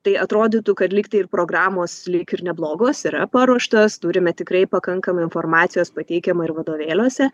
tai atrodytų kad lygtai ir programos lyg ir neblogos yra paruoštas turime tikrai pakankamai informacijos pateikiama ir vadovėliuose